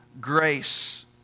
grace